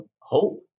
hope